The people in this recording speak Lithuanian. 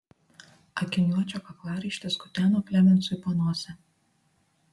akiniuočio kaklaraištis kuteno klemensui panosę